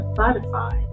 Spotify